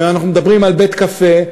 ואנחנו מדברים על בית-קפה,